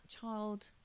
child